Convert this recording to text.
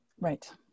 right